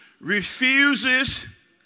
refuses